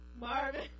Marvin